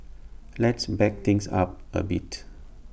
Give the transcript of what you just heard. let's back things up A bit